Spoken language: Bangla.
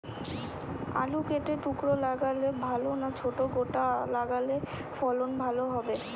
আলু কেটে টুকরো লাগালে ভাল না ছোট গোটা লাগালে ফলন ভালো হবে?